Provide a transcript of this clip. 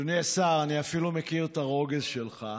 אדוני השר, אני אפילו מכיר את הרוגז שלך,